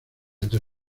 entre